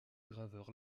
graveur